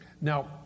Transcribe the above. Now